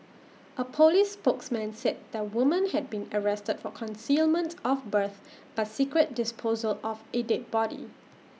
A Police spokesman said the woman had been arrested for concealment of birth by secret disposal of A dead body